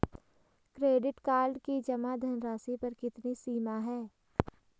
Credit card की जमा धनराशि पर कितनी सीमा है?